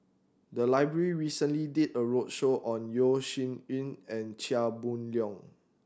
the library recently did a roadshow on Yeo Shih Yun and Chia Boon Leong